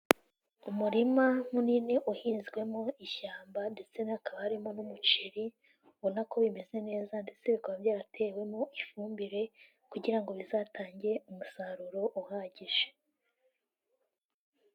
Umurima munini uhinzwemo ishyamba ndetse hakaba harimo n'umuceri, ubona ko bimeze neza ndetse bikaba byaratewemo ifumbire, kugira ngo bizatange umusaruro uhagije.